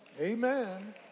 Amen